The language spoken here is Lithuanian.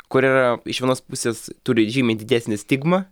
kur yra iš vienos pusės turi žymiai didesnę stigmą